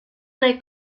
naik